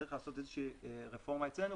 צריך לעשות איזושהי רפורמה אצלנו.